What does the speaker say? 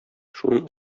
шуның